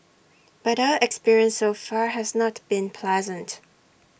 but our experience so far has not been pleasant